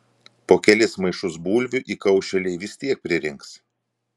po kelis maišus bulvių įkaušėliai vis tiek pririnks